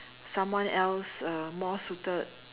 someone else uh more suited